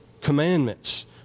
commandments